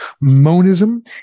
Monism